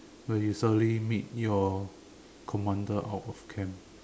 when you suddenly meet your commander out of camp